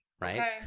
Right